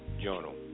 Journal